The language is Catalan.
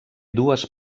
dues